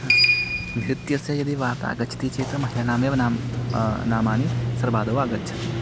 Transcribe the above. ह नृत्यस्य यदि वार्ता आगच्छति चेत् महिलानामेव नाम नामानि सर्वादौ आगच्छति